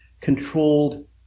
controlled